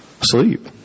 sleep